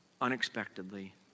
unexpectedly